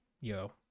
yo